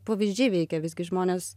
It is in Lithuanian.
pavyzdžiai veikia visgi žmonės